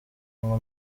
ngo